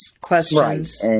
questions